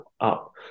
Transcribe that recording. up